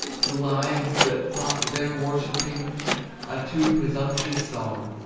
to lives that thought their worshipping a too presumptuous psalm.